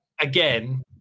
again